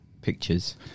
pictures